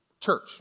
church